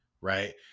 right